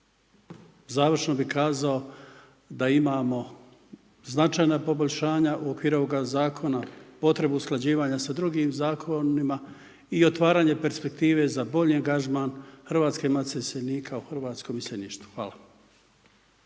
završno bi kazao da imamo značajna poboljšanja u okviru ovoga zakona, potrebu usklađivanja sa drugim zakonima i otvaranje perspektive za bolji angažman Hrvatske matice iseljenika u hrvatskom iseljeništvu. Hvala.